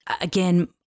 Again